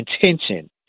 intention